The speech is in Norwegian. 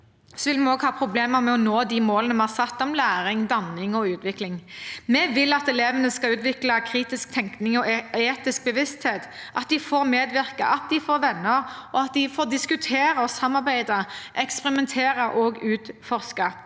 vil vi også ha problemer med å nå de målene vi har satt om læring, danning og utvikling. Vi vil at elevene skal utvikle kritisk tenkning og etisk bevissthet, at de får medvirke, at de får venner, og at de får diskutere, samarbeide, eksperimentere og utforske.